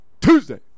Tuesday